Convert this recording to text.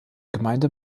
gemeinde